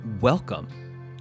Welcome